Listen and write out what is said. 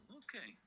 okay